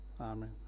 Amen